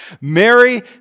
Mary